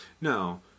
no